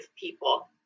people